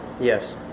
Yes